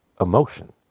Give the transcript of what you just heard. emotion